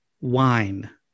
wine